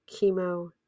chemo